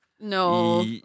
No